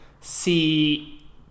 see